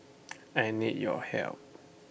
I need your help